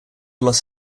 los